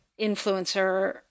influencer